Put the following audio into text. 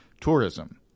tourism